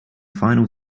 final